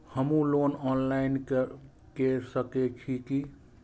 हमू loan online के सके छीये की?